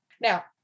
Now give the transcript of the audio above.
Now